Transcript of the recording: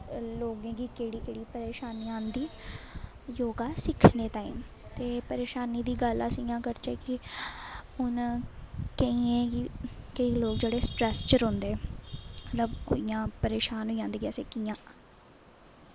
लोगों गी केह्ड़ी केह्ड़ी परेशानी आंदी योग सिक्खने ताईं ते परेशानी दी गल्ल अस इ'यां करचै कि हून केइयें गी केईं लोक जेहड़े स्ट्रैस च रौंह्दे मतलब ओह् इ'यां परेशान होई जंदे कि असें कि'यां